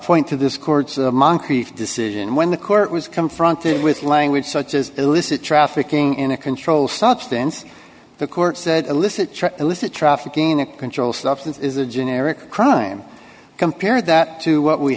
point to this court's of moncrief decision when the court was confronted with language such as illicit trafficking in a controlled substance the court said illicit illicit trafficking in a controlled substance is a generic crime compare that to what we